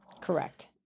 Correct